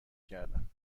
کردم